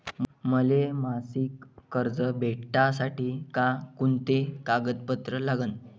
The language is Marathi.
मले मासिक कर्ज भेटासाठी का कुंते कागदपत्र लागन?